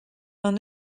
vingt